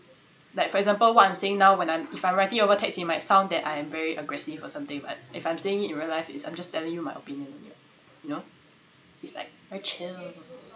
like for example what I'm saying now when I'm if I'm writing over text it might sound that I am very aggressive or something but if I'm saying it in real life it's I'm just telling you my opinion you know it's like very chill